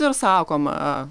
ir sakoma